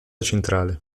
centrale